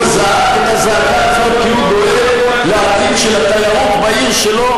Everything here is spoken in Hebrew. הוא זעק את הזעקה הזאת כי הוא דואג לעתיד התיירות בעיר שלו,